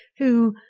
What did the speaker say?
who,